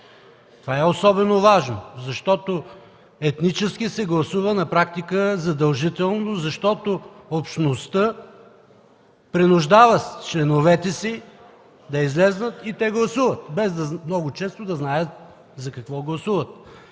Това е особено важно, защото етнически се гласува на практика задължително, защото общността принуждава членовете си да излязат и те гласуват, много често без да знаят за какво гласуват.